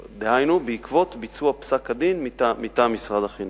דהיינו, בעקבות ביצוע פסק-הדין מטעם משרד החינוך.